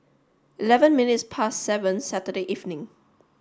eleven minutes past seven Saturday evening